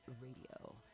Radio